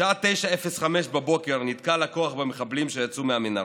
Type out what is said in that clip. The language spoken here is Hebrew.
בשעה 09:05 בבוקר נתקל הכוח במחבלים שיצאו מהמנהרה.